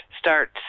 start